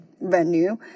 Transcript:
venue